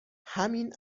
همین